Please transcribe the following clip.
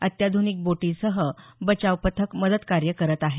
अत्याध्निक बोटींसह बचाव पथक मदत कार्य करत आहे